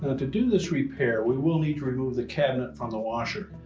ah to do this repair we will need to remove the cabinet from the washer.